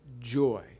joy